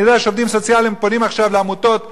אני יודע שעובדים סוציאליים פונים עכשיו לעמותות חרדיות,